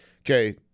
okay